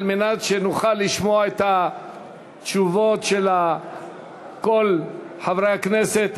על מנת שנוכל לשמוע את התשובות של כל חברי הכנסת,